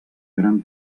gran